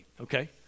okay